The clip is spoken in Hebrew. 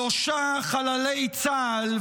שלושה חללי צה"ל,